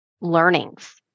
learnings